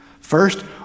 First